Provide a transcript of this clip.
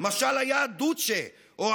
את יודעת, לצ'כוב יש ספר שנקרא "הגברת עם הכלבלב".